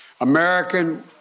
American